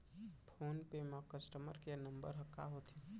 Phone पे म customer care number ह का होथे?